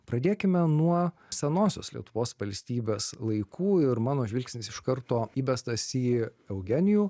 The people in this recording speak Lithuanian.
pradėkime nuo senosios lietuvos valstybės laikų ir mano žvilgsnis iš karto įbestas į eugenijų